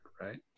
right